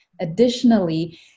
Additionally